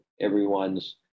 everyone's